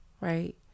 right